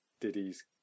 Diddy's